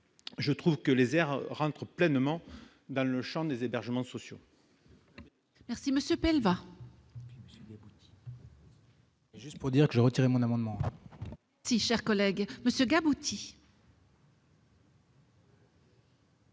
À mes yeux, ces aires entrent pleinement dans le champ des hébergements sociaux.